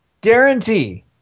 Guarantee